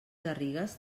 garrigues